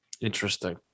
Interesting